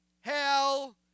hell